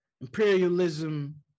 imperialism